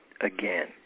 again